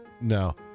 No